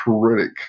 critic